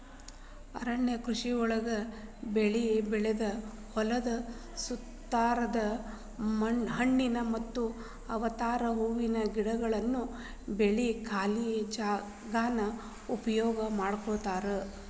ಅರಣ್ಯ ಕೃಷಿಯೊಳಗ ಬೆಳಿ ಬೆಳದ ಹೊಲದ ಸುತ್ತಾರದ ಹಣ್ಣಿನ ಮರ ಅತ್ವಾ ಹೂವಿನ ಗಿಡಗಳನ್ನ ಬೆಳ್ಸಿ ಖಾಲಿ ಜಾಗಾನ ಉಪಯೋಗ ಮಾಡ್ಕೋತಾರ